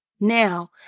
Now